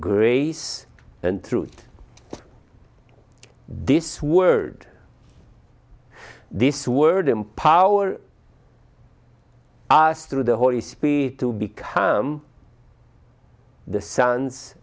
grace and through this word this word empower us through the holy spirit to become the sons